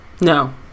no